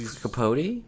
Capote